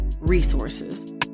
resources